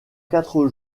quatre